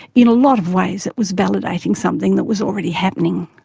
in a lot of ways it was validating something that was already happening.